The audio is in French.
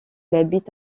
habite